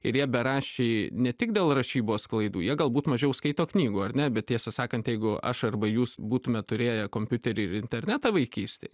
ir jie beraščiai ne tik dėl rašybos klaidų jie galbūt mažiau skaito knygų ar ne bet tiesą sakant jeigu aš arba jūs būtume turėję kompiuterį ir internetą vaikystėj